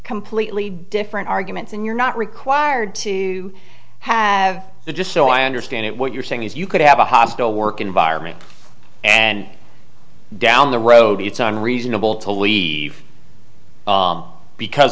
completely different arguments and you're not required to have the just so i understand it what you're saying is you could have a hostile work environment and down the road it's unreasonable to leave because